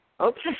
Okay